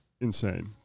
insane